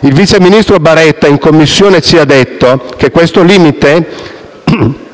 Il vice ministro Baretta in Commissione ci ha detto che questo limite